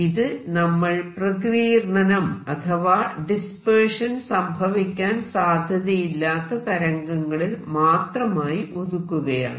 ഇത് നമ്മൾ പ്രകീർണ്ണനം അഥവാ ഡിസ്പെർഷൻ സംഭവിക്കാൻ സാധ്യതയില്ലാത്ത തരംഗങ്ങളിൽ മാത്രമായി ഒതുക്കുകയാണ്